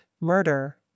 murder